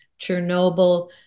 Chernobyl